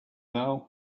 now